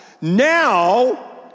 now